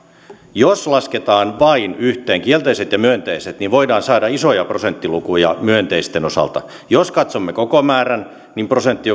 jos lasketaan yhteen vain kielteiset ja myönteiset niin voidaan saada isoja prosenttilukuja myönteisten osalta jos katsomme koko määrän niin prosentti